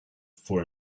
for